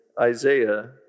Isaiah